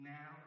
Now